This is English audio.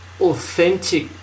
authentic